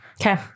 Okay